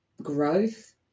growth